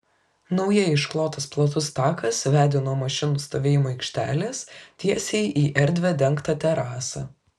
naujai išklotas platus takas vedė nuo mašinų stovėjimo aikštelės tiesiai į erdvią dengtą terasą